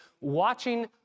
watching